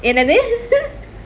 என்னது:ennathu